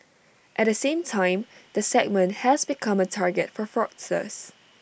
at the same time the segment has become A target for fraudsters